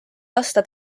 lasta